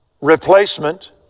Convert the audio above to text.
replacement